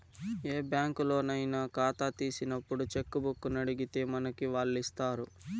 ఏ బ్యాంకులోనయినా కాతా తీసినప్పుడు చెక్కుబుక్కునడిగితే మనకి వాల్లిస్తారు